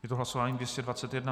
Je to hlasování 221.